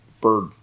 bird